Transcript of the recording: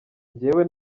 njyewe